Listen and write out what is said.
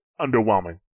underwhelming